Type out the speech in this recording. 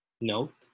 Note